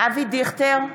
אבי דיכטר,